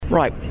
Right